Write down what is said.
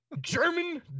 German